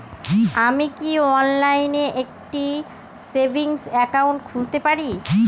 আমি কি অনলাইন একটি সেভিংস একাউন্ট খুলতে পারি?